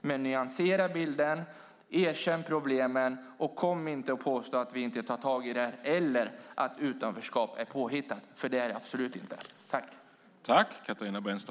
Men nyansera bilden, erkänn problemen, och kom inte och påstå att vi inte tar tag i detta eller att utanförskapet är påhittat, för det är det absolut inte!